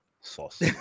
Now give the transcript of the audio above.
Sauce